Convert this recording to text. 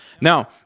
Now